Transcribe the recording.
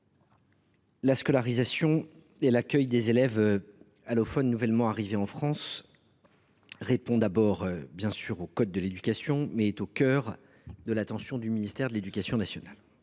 la scolarisation et l’accueil des élèves allophones nouvellement arrivés en France répondent d’abord, bien sûr, aux prescriptions du code de l’éducation, mais ils sont au cœur de l’attention du ministère de l’éducation nationale